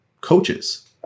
coaches